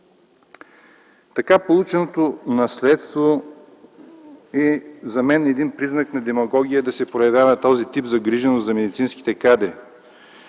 така полученото наследство за мен е признак на демагогия да се проявява този тип загриженост за медицинските кадри.